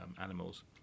animals